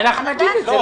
הוועדה צריכה לדעת מזה.